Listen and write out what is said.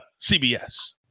CBS